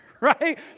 Right